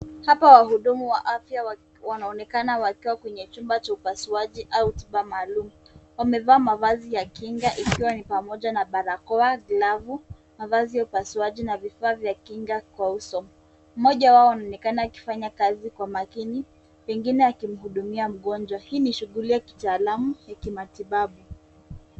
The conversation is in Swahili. Hapa wahuduma wa afya wanaonekana wakiwa kwenye chumba cha upasuaji au tiba maalum. Wamevaa mavazi ya kinga ikiwa ni pamoja na barakoa, glavu, mavazi ya upasuaji na vifaa vya kinga kwa uso. Mmoja wao anaonekana akifanya kazi kwa makini, pengine akimhudumia mgonjwa. Hii ni shughuli ya kitaalamu ya kimatibabu.